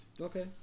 Okay